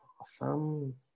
Awesome